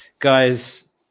guys